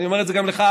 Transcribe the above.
אני אומר את זה גם לך,